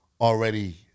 already